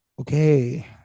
okay